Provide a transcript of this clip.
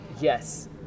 Yes